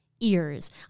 Ears